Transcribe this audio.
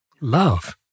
Love